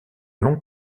long